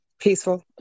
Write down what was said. Peaceful